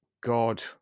God